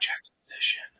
exposition